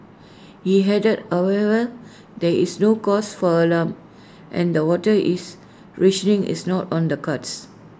he added however there is no cause for alarm and that water is rationing is not on the cards